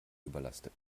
überlastet